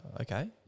okay